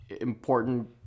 important